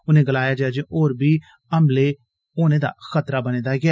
उनें गलाया जे अजें होर बी हमलें दा खतरा बने दा ऐ